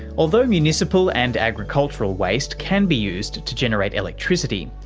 although municipal and agricultural waste can be used to generate electricity,